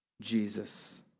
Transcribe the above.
Jesus